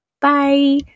Bye